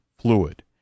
fluid